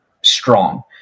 strong